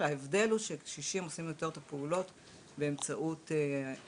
ההבדל הוא שקשישים עושים יותר את הפעולות באמצעות האתר,